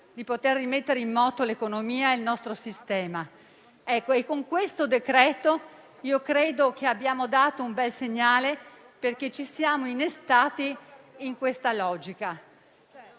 di poter rimettere in moto l'economia e il nostro sistema. Credo che con il decreto in esame abbiamo dato un bel segnale, perché ci siamo innestati in tale logica.